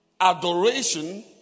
Adoration